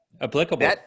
applicable